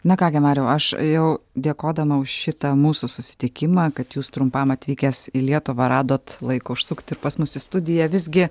na ką gi mariau aš jau dėkodama už šitą mūsų susitikimą kad jūs trumpam atvykęs į lietuvą radot laiko užsukt ir pas mus į studiją visgi